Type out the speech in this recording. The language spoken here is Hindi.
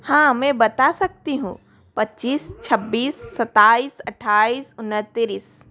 हाँ मैं बता सकती हूँ पच्चीस छब्बीस सताईस अठाईस उनतीस